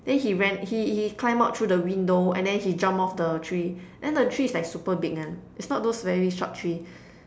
then he ran he he climb out through the window and then he jump off the tree then the tree is like super big one is not those very short tree